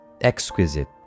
exquisite